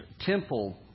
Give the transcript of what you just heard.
temple